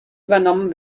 übernommen